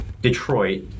Detroit